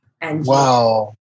Wow